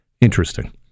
Interesting